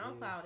SoundCloud